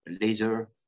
laser